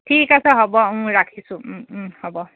ঠিক আছে হ'ব ৰাখিছোঁ হ'ব